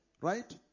right